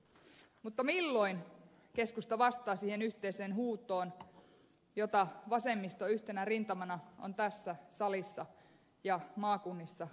mutta milloin keskusta vastaa siihen yhteiseen huutoon jota vasemmisto yhtenä rintamana on tässä salissa ja maakunnissa nostattanut